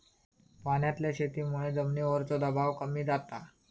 पाण्यातल्या शेतीमुळे जमिनीवरचो दबाव कमी जाता